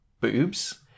boobs